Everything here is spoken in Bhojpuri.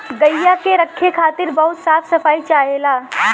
गइया के रखे खातिर बहुत साफ सफाई चाहेला